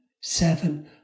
seven